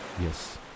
yes